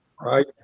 right